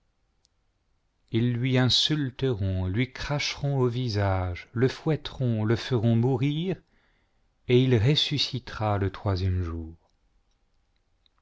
ils lui insulteront lui cracheront au visage le fbuetteront le feront mourir et il ressuscitera le troisième jour